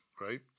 right